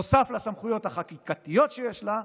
נוסף על הסמכויות החקיקתיות שיש לה,